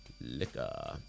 liquor